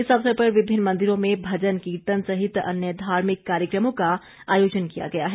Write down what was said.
इस अवसर पर विभिन्न मंदिरों में भजन कीर्तन सहित अन्य धार्मिक कार्यक्रमों का आयोजन किया गया है